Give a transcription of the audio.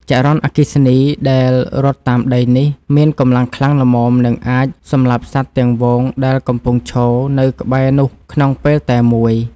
ចរន្តអគ្គិសនីដែលរត់តាមដីនេះមានកម្លាំងខ្លាំងល្មមនឹងអាចសម្លាប់សត្វទាំងហ្វូងដែលកំពុងឈរនៅក្បែរនោះក្នុងពេលតែមួយ។